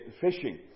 fishing